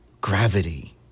Gravity